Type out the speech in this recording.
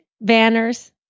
banners